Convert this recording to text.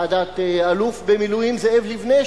ועדת האלוף במילואים זאב ליבנה,